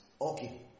okay